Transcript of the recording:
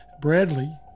Bradley